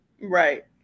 Right